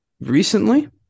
Recently